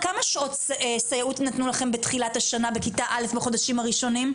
ו' כמה שעות סייעות נתנו לכם תחילת השנה בכיתה א' בחודשים הראשונים?